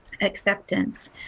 acceptance